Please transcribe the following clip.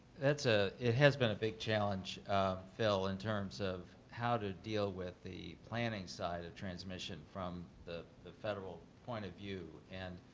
that's a it has been a big challenge, phil, in terms of how to deal with the planning side of transmission from the the federal point of view. and,